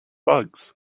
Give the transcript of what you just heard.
bugs